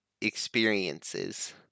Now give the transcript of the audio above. experiences